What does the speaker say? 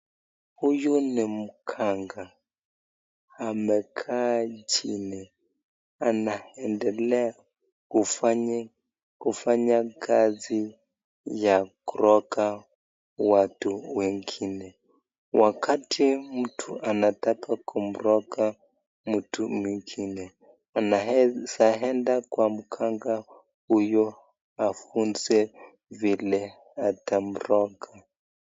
Huyu ni mganga amekaa chini , anaendelea kufanya kazi ya kuronga watu wengine. Wakati mtu anataka kumronga mtu mwingine anaeza enda kwa mganga huyu amfunze vile atamronga.